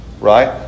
right